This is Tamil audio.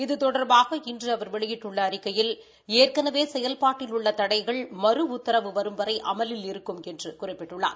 இது தொடர்பாக இன்று அவர் வெளியிட்டுள்ள அறிக்கையில் ஏற்கனவே செயல்பாட்டில் உள்ள தடைகள் மறு உத்தரவு வரும் வரை அமலில் இருக்கும் என்று குறிப்பிட்டுள்ளார்